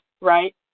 right